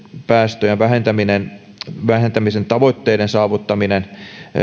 päästöjen vähentämisen tavoitteiden saavuttaminen